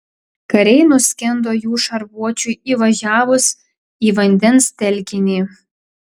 kariai nuskendo jų šarvuočiui įvažiavus į vandens telkinį